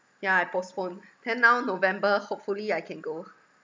yeah I postpone then now november hopefully I can go